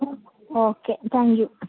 okay thank you